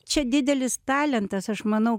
čia didelis talentas aš manau